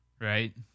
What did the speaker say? right